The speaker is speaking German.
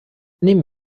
neben